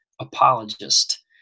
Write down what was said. apologist